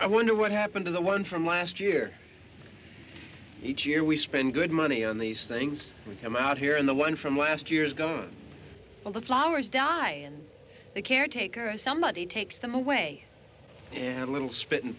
i wonder what happened to the one from last year each year we spend good money on these things we come out here in the one from last years go all the flowers die and the caretaker somebody takes them away and a little spit